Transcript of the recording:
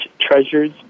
treasures